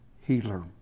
healer